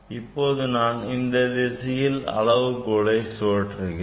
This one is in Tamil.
இப்போது நான் இந்த திசையில் அளவுகோலை சுழற்றுகிறேன்